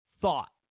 thought